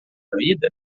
vida